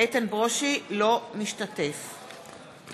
אינו משתתף בהצבעה